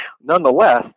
nonetheless